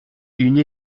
une